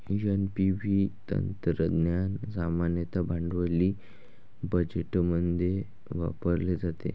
NPV तंत्रज्ञान सामान्यतः भांडवली बजेटमध्ये वापरले जाते